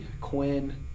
quinn